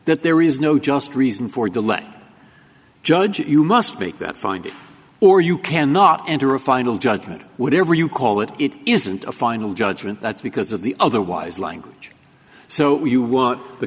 that there is no just reason for delay judge you must make that finding or you cannot enter a final judgment or whatever you call it it isn't a final judgment that's because of the otherwise language so you want the